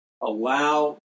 Allow